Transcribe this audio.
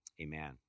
amen